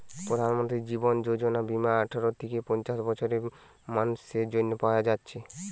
প্রধানমন্ত্রী জীবন যোজনা বীমা আঠারো থিকে পঞ্চাশ বছরের মানুসের জন্যে পায়া যাচ্ছে